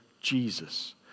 Jesus